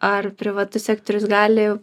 ar privatus sektorius gali